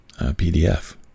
PDF